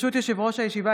ברשות יושב-ראש הישיבה,